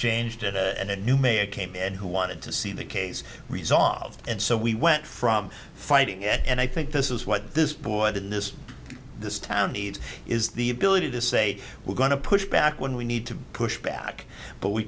changed and a new mayor came in who wanted to see the case resolved and so we went from fighting and i think this is what this board in this this town needs is the ability to say we're going to push back when we need to push back but we